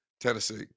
Tennessee